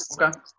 Okay